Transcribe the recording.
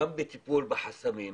גם בטיפול בחסמים,